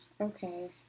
okay